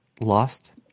lost